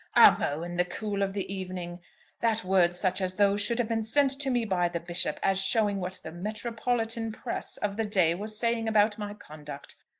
amo in the cool of the evening that words such as those should have been sent to me by the bishop, as showing what the metropolitan press of the day was saying about my conduct!